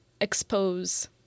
expose